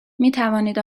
میتوانید